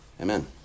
Amen